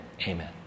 Amen